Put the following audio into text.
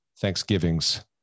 Thanksgivings